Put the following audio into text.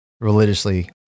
religiously